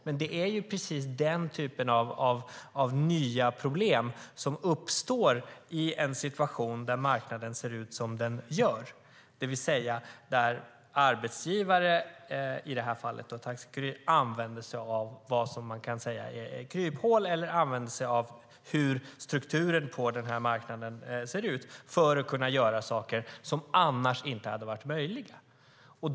Men det gäller precis den typ av nya problem som uppstår i en situation när marknaden ser ut som den gör, det vill säga där arbetsgivaren, i det här fallet Taxi Kurir, använder sig av vad man kan säga är kryphål eller använder sig av hur strukturen på marknaden ser ut för att kunna göra saker som annars inte hade varit möjliga.